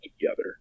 together